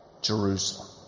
Jerusalem